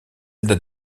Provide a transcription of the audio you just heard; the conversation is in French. date